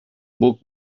buc